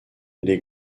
les